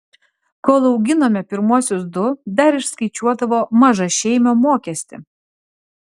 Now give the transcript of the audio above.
kol auginome pirmuosius du dar išskaičiuodavo mažašeimio mokestį